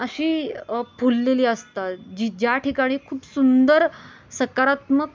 अशी फुललेली असतात जी ज्या ठिकाणी खूप सुंदर सकारात्मक